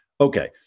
Okay